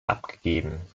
abgegeben